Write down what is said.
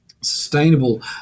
sustainable